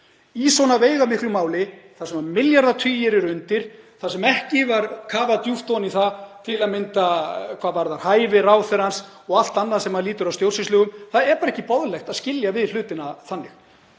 Í svona veigamiklu máli þar sem milljarðatugir eru undir, þar sem ekki var kafað djúpt ofan í það til að mynda hvað varðar hæfi ráðherrans og allt annað sem lýtur að stjórnsýslulögum, þá er bara ekki boðlegt að skilja við hlutina þannig.